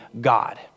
God